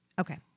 Okay